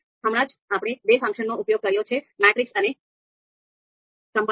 હમણાં જ આપણે બે ફંકશનનો ઉપયોગ કર્યો છે મેટ્રિક્સ અને કમ્બાઈન